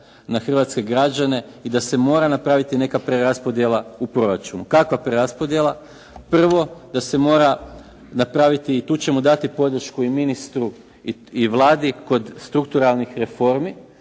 na hrvatske građane i da se mora napraviti neka preraspodjela u proračunu. Kakva preraspodjela? Prvo da se mora napraviti i tu ćemo dati podršku i ministru i Vladi kod strukturalnih reformi